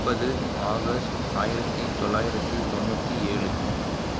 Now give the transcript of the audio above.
முப்பது ஆகஸ்ட் ஆயிரத்து தொள்ளாயிரத்து தொண்ணூற்றி ஏழு